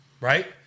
right